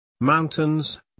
Mountains